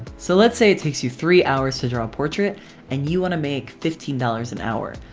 so let's say it takes you three hours to draw a portrait and you want to make fifteen dollars an hour.